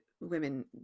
women